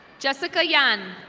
jessica yan.